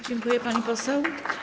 Dziękuję, pani poseł.